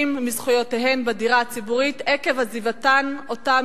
מזכויותיהן בדירה הציבורית עקב עזיבתן אותה,